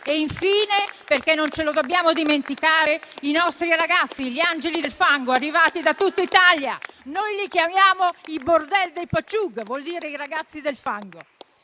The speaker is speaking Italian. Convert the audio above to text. e infine, perché non ce lo dobbiamo dimenticare, i nostri ragazzi, gli angeli del fango arrivati da tutta Italia (noi li chiamiamo i *burdel de paciug*, vale a dire i ragazzi del fango).